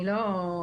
אני לא זה,